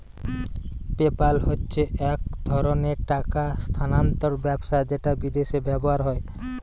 PayPal হচ্ছে এক ধরণের টাকা স্থানান্তর ব্যবস্থা যেটা বিদেশে ব্যবহার হয়